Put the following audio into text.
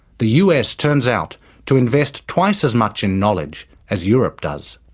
the us turns out to invest twice as much in knowledge as europe does.